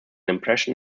impression